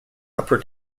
upper